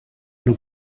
una